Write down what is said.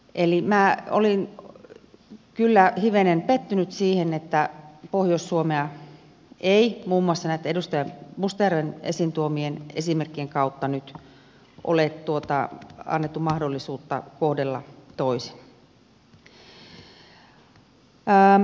eli minä olin kyllä hivenen pettynyt siihen että pohjois suomea ei muun muassa näitten edustajan mustajärven esiin tuomien esimerkkien kautta nyt ole annettu mahdollisuutta kohdella toisin